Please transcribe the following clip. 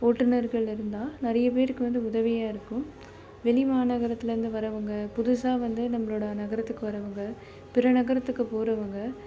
ஓட்டுநர்கள் இருந்தால் நிறைய பேருக்கு வந்து உதவியாக இருக்கும் வெளி மாநகரத்துலேருந்து வரவங்க புதுசாக வந்து நம்மளோட நகரத்துக்கு வரவங்க பிற நகரத்துக்கு போகிறவங்க